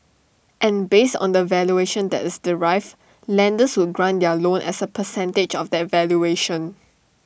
and based on the valuation that is derived lenders would grant their loan as A percentage of that valuation